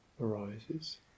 arises